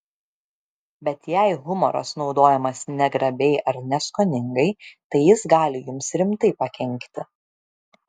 bet jei humoras naudojamas negrabiai ar neskoningai tai jis gali jums rimtai pakenkti